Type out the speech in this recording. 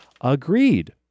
Agreed